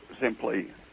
simply